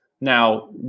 Now